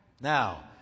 Now